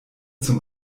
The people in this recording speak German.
zum